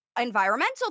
Environmental